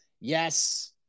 Yes